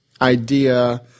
idea